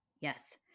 Yes